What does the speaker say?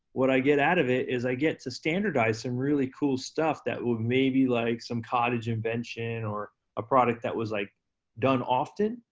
what i get out of it is, i get to standardize some really cool stuff that will maybe like, some cottage invention, or a product that was like done often,